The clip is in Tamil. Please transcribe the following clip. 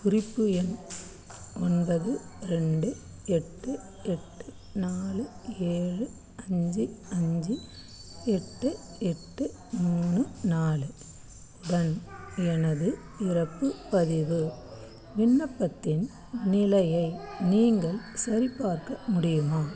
குறிப்பு எண் ஒன்பது ரெண்டு எட்டு எட்டு நாலு ஏழு அஞ்சு அஞ்சு எட்டு எட்டு மூணு நாலு உடன் எனது இறப்பு பதிவு விண்ணப்பத்தின் நிலையை நீங்கள் சரிபார்க்க முடியுமா